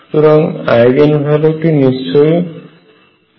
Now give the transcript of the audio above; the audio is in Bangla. সুতরাং আইগেন ভ্যালু টি নিশ্চয়ই দিক এর উপর নির্ভশীল নয়